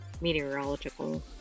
meteorological